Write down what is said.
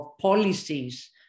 policies